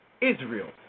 Israel